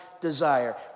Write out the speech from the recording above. desire